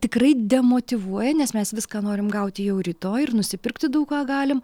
tikrai demotyvuoja nes mes viską norim gauti jau rytoj ir nusipirkti daug ką galim